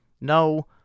No